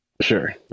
sure